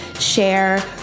Share